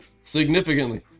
Significantly